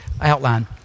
outline